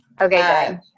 Okay